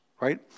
right